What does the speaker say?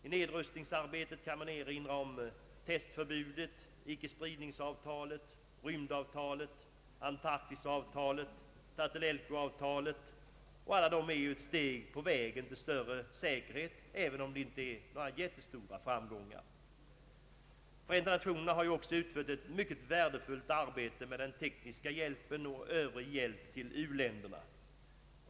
I nedrustningsarbetet kan man erinra om testförbudet, ickespridningsavtalet, rymdavtalet, Antarktisavtalet, Tlatelolcoavtalet, som dock är steg på vägen till större säkerhet även om det inte är några jättestora framgångar. Förenta nationerna har också utfört ett mycket värdefullt arbete med den tekniska hjälpen och övrig hjälp till uländerna.